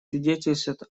свидетельствует